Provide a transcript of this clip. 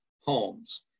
homes